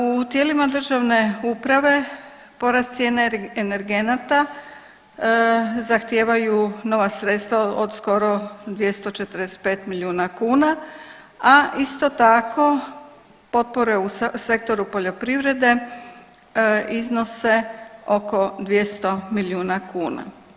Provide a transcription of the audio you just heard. U tijelima državne uprave porast cijene energenata zahtijevaju nova sredstva od skoro 245 milijuna kuna, a isto tako potpore u sektoru poljoprivrede iznose oko 200 milijuna kuna.